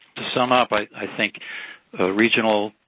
to sum up, i i think regional,